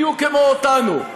בדיוק כמו אותנו.